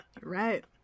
Right